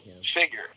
figure